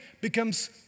becomes